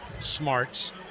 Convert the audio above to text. smarts